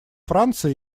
франции